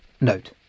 Note